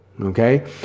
Okay